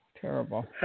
terrible